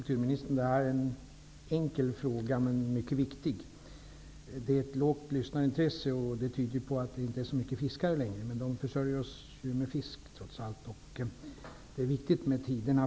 Herr talman! Detta är en enkel men mycket viktig fråga. Att det är ett lågt lyssnarintresse tyder ju på att det inte finns så många fiskare längre. Men de försörjer oss trots allt med fisk.